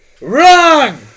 wrong